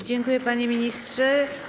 Dziękuję, panie ministrze.